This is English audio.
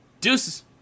deuces